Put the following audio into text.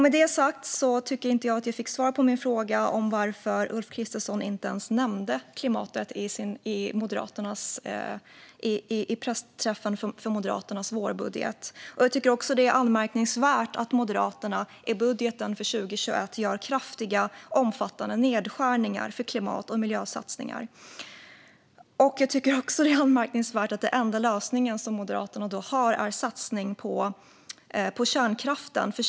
Med det sagt tycker jag inte att jag fick svar på min fråga varför Ulf Kristersson inte ens nämnde klimatet vid pressträffen för Moderaternas vårbudget. Jag tycker att det är anmärkningsvärt att Moderaterna i budgeten för 2021 gör kraftiga och omfattande nedskärningar på klimat och miljösatsningar. Jag tycker också att det är anmärkningsvärt att den enda lösning som Moderaterna har är satsning på kärnkraft.